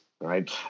Right